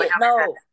no